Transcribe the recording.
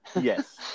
yes